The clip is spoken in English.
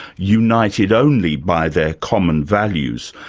united only by their common values.